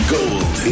Gold